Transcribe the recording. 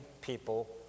people